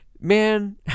man